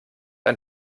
ein